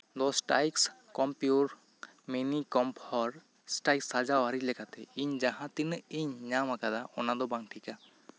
ᱫᱚᱥ ᱴᱟᱭᱤᱠᱥ ᱠᱚᱢᱯᱤᱭᱳᱨ ᱢᱤᱱᱤ ᱠᱚᱢᱯᱷᱳᱨ ᱮᱥᱴᱟᱭᱤᱠᱥ ᱥᱟᱡᱟᱣ ᱟᱹᱨᱤ ᱞᱮᱠᱟᱛᱮ ᱤᱧ ᱡᱟᱦᱟᱸ ᱛᱤᱱᱟᱹᱜ ᱤᱧ ᱧᱟᱢ ᱟᱠᱟᱫᱟ ᱚᱱᱟ ᱫᱚ ᱵᱟᱝ ᱴᱷᱤᱠᱼᱟ